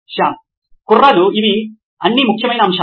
శ్యామ్ కుర్రాళ్ళు ఇవి అన్ని ముఖ్యమైన అంశాలు